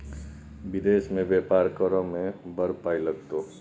विदेश मे बेपार करय मे बड़ पाय लागतौ